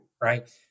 right